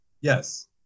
Yes